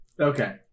Okay